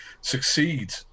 succeed